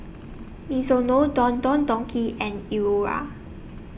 Mizuno Don Don Donki and